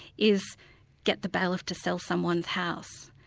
is get the bailiff to sell someone's house,